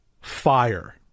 fire